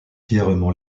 fièrement